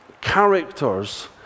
characters